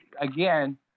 Again